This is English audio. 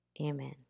Amen